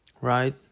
right